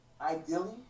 ideally